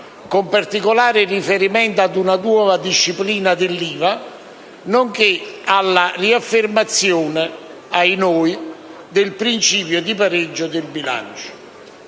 con particolare riferimento ad una nuova disciplina dell'IVA, nonché alla riaffermazione - ahinoi - del principio di pareggio di bilancio.